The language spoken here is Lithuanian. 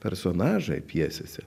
personažai pjesėse